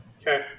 Okay